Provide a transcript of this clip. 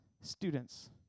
students